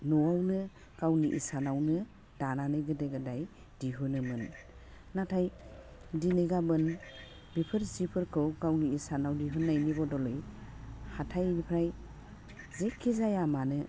न'वावनो गावनि इसानावनो दानानै गोदो गोदाय दिहुनोमोन नाथाय दिनै गाबोन बेफोर जिफोरखौ गावनि इसानाव दिहुननायनि बदलै हाथाइनिफ्राय जिखिजाया मानो